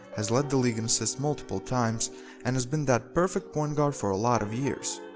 has led the league in assists multiple times and has been that perfect point guard for a lot of years.